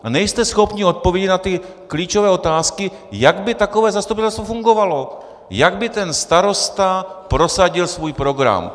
A nejste schopni odpovědět na ty klíčové otázky, jak by takové zastupitelstvo fungovalo, jak by starosta prosadil svůj program.